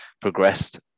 progressed